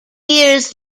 years